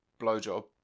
blowjob